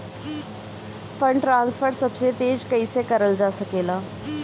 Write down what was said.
Fund transfer सबसे तेज कइसे करल जा सकेला?